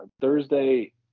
Thursday